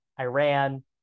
Iran